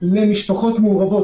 למשפחות מעורבות,